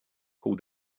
who